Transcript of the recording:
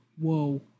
whoa